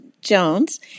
Jones